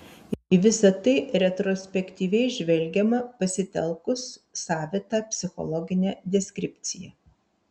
į visa tai retrospektyviai žvelgiama pasitelkus savitą psichologinę deskripciją